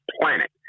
planet